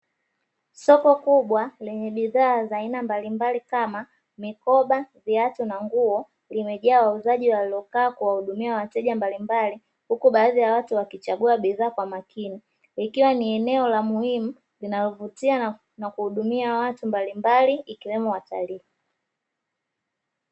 Soko kubwa lenye bidhaa za aina mbalimbali kama mikoba, viatu na nguo limejaa wauzaji waliokaa kuwahudumia wateja mbalimbali, huku baadhi ya watu wakichagua bidhaa kwa makini ikiwa ni eneo la muhimu linalovutia na kuhudumia watu mbalimbali ikiwemo watalii.